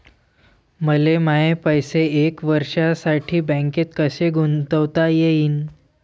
मले माये पैसे एक वर्षासाठी बँकेत कसे गुंतवता येईन?